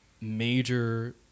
major